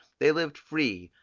they lived free,